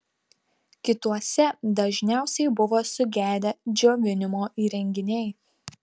kituose dažniausiai buvo sugedę džiovinimo įrenginiai